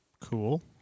Cool